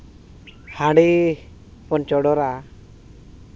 ᱦᱟᱺᱰᱤ ᱵᱚᱱ ᱪᱚᱰᱚᱨᱟ